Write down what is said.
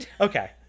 Okay